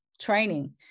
training